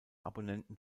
abonnenten